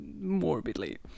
morbidly